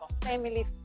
family